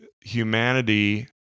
humanity